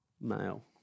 male